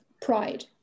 pride